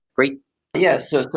great yeah. so,